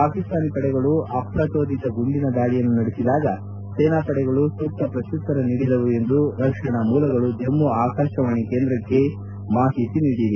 ಪಾಕಿಸ್ತಾನಿ ಪಡೆಗಳು ಅಪ್ರಚೋದಿತ ಗುಂಡಿನ ದಾಳಿಯನ್ನು ನಡೆಸಿದಾಗ ಸೇನಾಪಡೆಗಳು ಸೂಕ್ತ ಪ್ರತ್ಯುತ್ತರ ನೀಡಿದವು ಎಂದು ರಕ್ಷಣಾ ಮೂಲಗಳು ಜಮ್ಗು ಆಕಾಶವಾಣಿ ಕೇಂದ್ರಕ್ಕೆ ಮಾಹಿತಿ ನೀಡಿವೆ